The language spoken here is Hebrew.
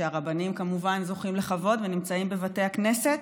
שהרבנים כמובן זוכים לכבוד ונמצאים בבתי הכנסת,